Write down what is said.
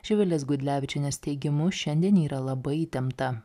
živilės gudlevičienės teigimu šiandien yra labai įtempta